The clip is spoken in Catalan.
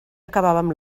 acabàvem